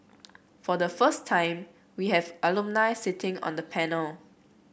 for the first time we have alumni sitting on the panel